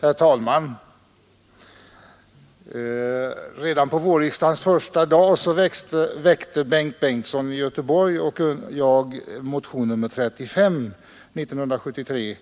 Herr talman! Redan på vårriksdagens första dag väckte Bengt Bengtsson i Göteborg och jag motionen 35. Där